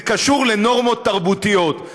זה קשור לנורמות תרבותיות.